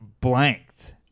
blanked